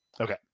Okay